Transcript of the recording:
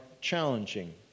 challenging